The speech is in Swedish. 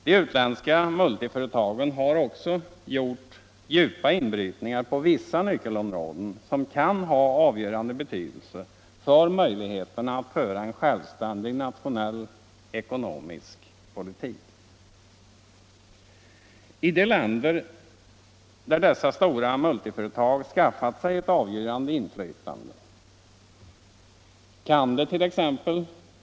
De utländska multiföretagen har också gjort djupa inbrytningar på vissa nyckelområden som kan ha avgörande betydelse för möjligheterna att föra en självständig nationell ekonomisk politik. I de länder där dessa stora multiföretag skaffat sig ett avgörande inflytande kan det.ex.